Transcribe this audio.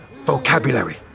vocabulary